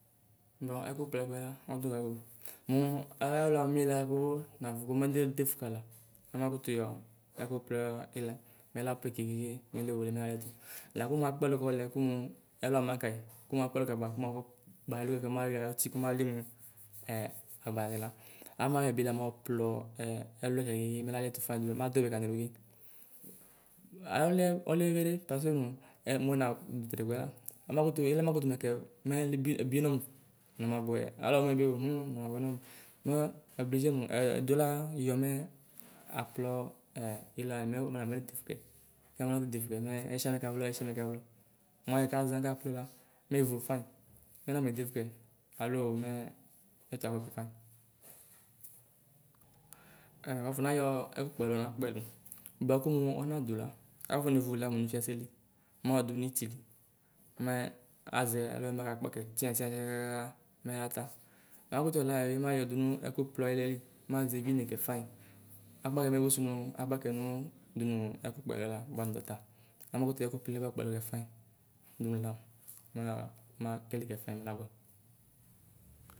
Nɔ ɛlɔkplɔ ɛlʋɛ la ɔdɔnʋ nʋdɔnʋ mo alɛ alo amɩla ko nafo kɔma nedefo kala ɔma kɔtɔ yɔ ɛkɔkplɔ ɩlaɛ mɛ lakplɔ ɩlaɛ keke ke mɛ lewele mɛ lalɩɛtʋ lakɔ mo akpɛlo kayɩ bʋa kɔmɔ ɛlɔ ama kayɩ kɔ akpɛlʋ kayɩ kɔmɔ afɔ kpa ɛlʋɛ mayɔ ʋtɩ kɔma lɩla mʋ ɛɛ avalɛla mayɔɛbɩ la mɔplɔ ɛlʋɛ ka kekeke mɛ lalɩɛtʋ fɩnɩ madu ɛbɛ kayɩ keke aɔlɩɛ ɔlɛ vevede pasenʋ ɛ mʋɛna kdo tɛtɛkʋ la ɔmakʋ ɛlʋɛ makotʋ nɛfɛ nɩebɩ nɔmɔ nabʋɛyɛ alo amo yɛbɩo mɛ namabʋɛ nɔmɩ ohʋm namabʋɛ nɔmʋ mɛ. Ɛblɩzɩ nʋ ɛdola yɔ mɛ akplɔ ɛɛ ɩlanu mɛ ʋnamedefʋ kɛ kɔnamedefʋ kɛ mɛ ɛyɩsaʋɩ mɛ ɛkavlɔ anakaplɔɛ la mɛ evo fanyɩ mɛ namedefʋ kɛ alʋo mɛ ɛtʋ abʋɛ kɛ fanyɩ ɛ wafɔ neyɔ ɛkɔkpɛlʋɛ nakpɛlo bʋakʋ mʋ ɔnadu la afɔnevo lamɔnɔ faselɩ mɔɔdo nɩtɩlɩ mɛ ɛzɛ ɛlʋɛ nɩkakpa kɛ tʋnya tʋnya kakakaa mɛ ata ɔmakʋtɔ lɛ amɛbɩ mayɔ dɔnʋ ɛkɔkplɔ ɩlɛlɩ mazɛvɩ ɩnɩ kɛ fanyɩ akpa kɛ mebʋsʋ nʋ akpa nʋ dɔnʋ ɛkɔkpɛlɩlɛ la bʋa naɖʋ ɔta amakʋtʋ yɔ ɛkʋkplɩlɛ kɔkpɛlʋ kɛ fanyɩ dɔnʋ lama makele kɛ fanyɩ mʋ labʋɛ.